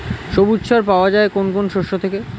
সবুজ সার পাওয়া যায় কোন কোন শস্য থেকে?